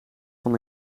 van